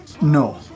No